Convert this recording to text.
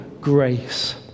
grace